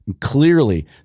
Clearly